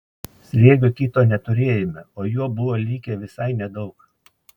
sriegio kito neturėjome o jo buvo likę visai nedaug